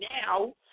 now